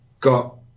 got